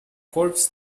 corps